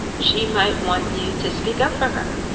she might want you to speak up for her.